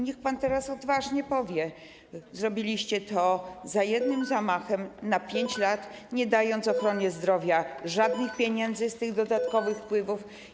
Niech pan teraz odważnie powie, że zrobiliście to za jednym zamachem na 5 lat, nie daliście ochronie zdrowia żadnych pieniędzy z tych dodatkowych wpływów.